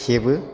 खेबो